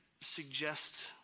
suggest